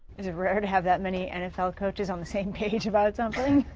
is it rare to have that many nfl coaches on the same page about something?